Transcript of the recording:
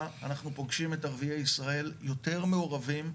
אנחנו פוגשים את ערביי ישראל יותר מעורבים,